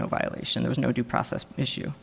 no violation there is no due process issue